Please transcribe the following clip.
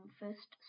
first